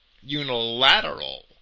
unilateral